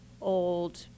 old